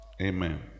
Amen